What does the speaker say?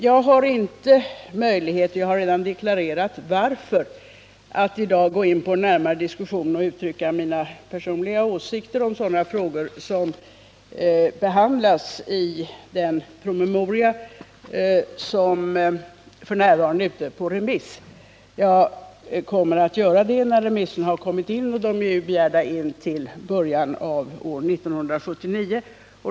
Jag har inte möjlighet — jag har redan deklarerat varför — att i dag gå in på en närmare diskussion och uttrycka mina personliga åsikter om sådana skolor som behandlas i den promemoria som f. n. är ute på remiss. Jag kommer att göra det när remissvaren kommit in; de är begärda till i början av 1979.